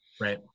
Right